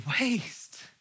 waste